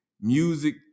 music